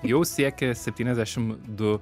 jau siekė septyniasdešim du